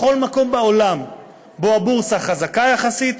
בכל מקום בעולם שבו הבורסה חזקה יחסית,